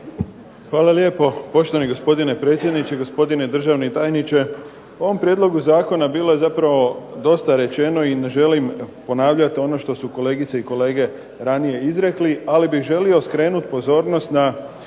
Hvala lijepo. Poštovani gospodine potpredsjedniče, gospodine državni tajniče. U ovom prijedlogu zakona bilo je zapravo dosta rečeno i ne želim ponavljati ono što su kolegice i kolege ranije izrekli, ali bih želio skrenuti pozornost na